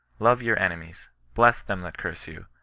love your enemies, bless them that curse you,